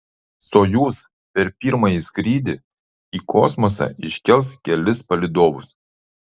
sojuz per pirmąjį skrydį į kosmosą iškels kelis palydovus